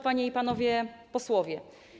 Panie i Panowie Posłowie!